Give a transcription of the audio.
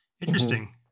Interesting